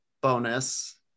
bonus